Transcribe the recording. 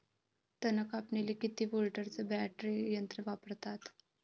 तन कापनीले किती व्होल्टचं बॅटरी यंत्र वापरतात?